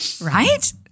right